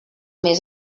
més